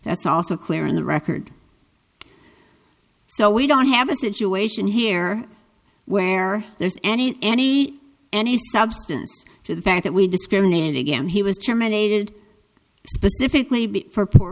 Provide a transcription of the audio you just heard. that's also clear in the record so we don't have a situation here where there's any any any substance to the fact that we discriminate again he was terminated specifically b for poor